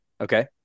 Okay